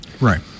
Right